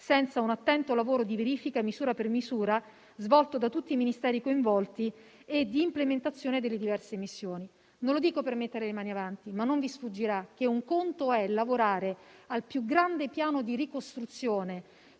senza un'attenta attività di verifica, misura per misura, svolta da tutti i Ministeri coinvolti, e di implementazione delle diverse missioni. Non lo dico per mettere le mani avanti, ma non vi sfuggirà che un conto è lavorare al più grande piano di ricostruzione